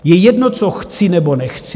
Je jedno, co chci nebo nechci.